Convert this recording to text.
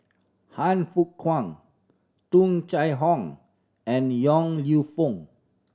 Han Fook Kwang Tung Chye Hong and Yong Lew Foong